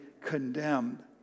condemned